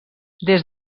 des